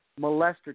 molester